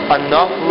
enough